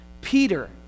Peter